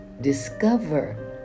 discover